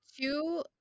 two